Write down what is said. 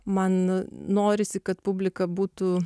man norisi kad publika būtų